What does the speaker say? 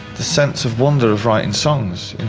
the sense of wonder of writing songs,